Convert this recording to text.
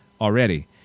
already